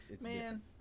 Man